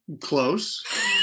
Close